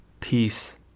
Peace